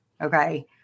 Okay